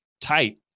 tight